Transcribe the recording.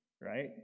Right